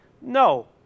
No